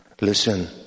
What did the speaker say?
Listen